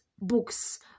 books